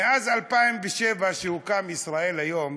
מאז 2007, שהוקם "ישראל היום",